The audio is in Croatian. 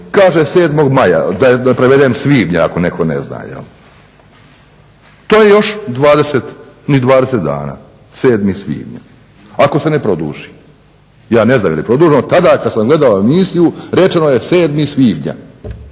kaže 7. maja, da prevedem svibnja ako netko ne zna. To je još ni 20 dana 7. svibnja ako se ne produži. Ja ne znam je li produženo. Tada kada sam gledao emisiju rečeno je 7. svibnja